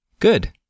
Good